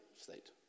state